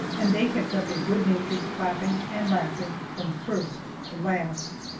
and they kept up a good-natured clapping and laughing from first to last.